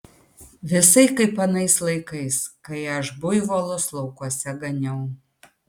visai kaip anais laikais kai aš buivolus laukuose ganiau